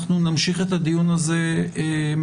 נמשיך את הדיון הזה מחר.